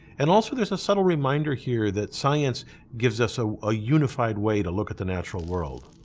and also there is a subtle reminder here that science gives us ah a unified way to look at the natural world.